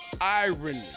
irony